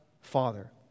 Father